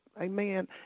Amen